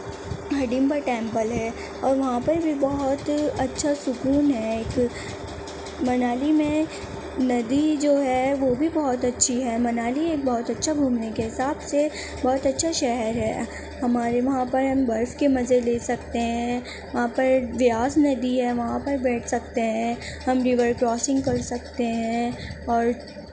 Hidimba temple ہے اور وہاں پر بھی بہت اچھا سکون ہے ایک منالی میں ندی جو ہے وہ بھی بہت اچھی ہے منالی ایک بہت اچھا گھومنے کے حساب سے بہت اچھا شہر ہے ہمارے وہاں پر ہم برف کے مزے لے سکتے ہیں وہاں پر ویاس ندی ہے وہاں پر بیٹھ سکتے ہیں ہم ریور کراسنگ کر سکتے ہیں اور